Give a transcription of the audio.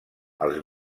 els